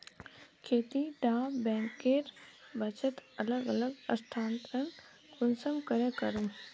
खेती डा बैंकेर बचत अलग अलग स्थानंतरण कुंसम करे करूम?